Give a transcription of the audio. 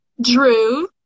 Drew